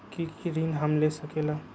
की की ऋण हम ले सकेला?